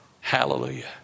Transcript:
Hallelujah